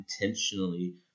intentionally